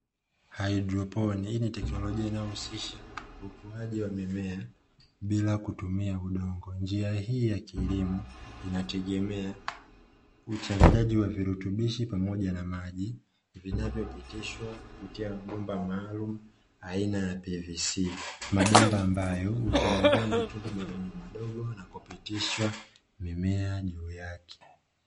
Hydroponi hii ni teknolojia inayohusisha ukuaji wa mimea bila kutumia udongo. Njia hii ya kilimo inategemea uchanjaji wa virutubishi pamoja na maji zinavyopitishwa kupitia mabomba maalum aina ya pvc mabomba ambayo hutobolewa matundu madogo madogo na kupitishwa mimea.